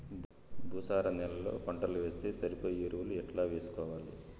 భూసార నేలలో పంటలు వేస్తే సరిపోయే ఎరువులు ఎట్లా వేసుకోవాలి?